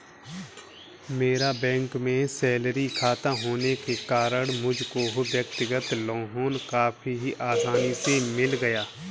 मेरा बैंक में सैलरी खाता होने के कारण मुझको व्यक्तिगत लोन काफी आसानी से मिल गया